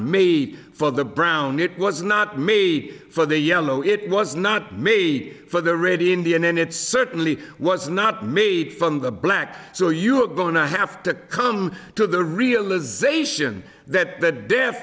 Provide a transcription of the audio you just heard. made for the brown it was not me for the yellow it was not me for the red indian and it certainly was not made from the black so you're going to have to come to the realisation that